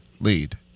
lead